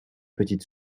petite